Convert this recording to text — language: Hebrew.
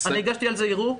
אני הגשתי על זה ערעור,